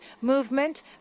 movement